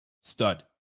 Stud